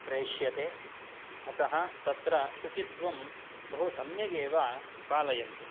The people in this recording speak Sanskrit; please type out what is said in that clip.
प्रेष्यते अतः तत्र शुचित्वं बहु सम्यगेव पालयन्ति